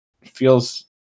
feels